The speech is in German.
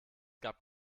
gab